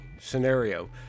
scenario